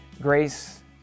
grace